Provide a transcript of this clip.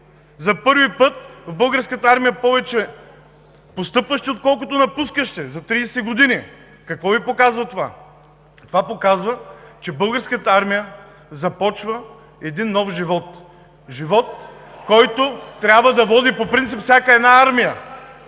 За първи път в Българската армия има повече постъпващи, отколкото напускащи – за 30 години! Какво Ви показва това? Това показва, че Българската армия започва един нов живот – живот, който трябва да води по принцип всяка една армия!